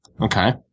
Okay